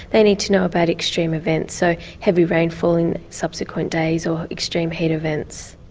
they need to know about extreme events, so heavy rainfall, and subsequent days, or extreme heat events.